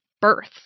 birth